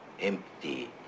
Empty